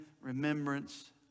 remembrance